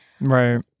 right